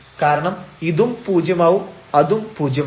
കാരണം ഇതും പൂജ്യം ആവും അതും പൂജ്യം ആവും